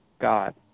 God